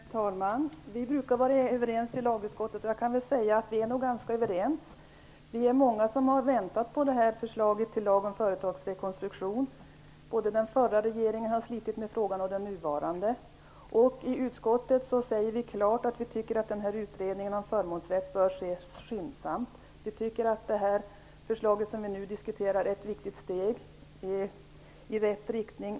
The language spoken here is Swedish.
Herr talman! Vi brukar vara överens i lagutskottet, och jag vill säga att vi nog är ganska överens nu också. Vi är många som har väntat på det här förslaget till lag om företagsrekonstruktion. Både den förra och den nuvarande regeringen har slitit med frågan. I utskottet säger vi klart att vi tycker att utredningen av förmånsrätten bör ske skyndsamt. Vi tycker att det förslag som vi nu diskuterar är ett viktigt steg i rätt riktning.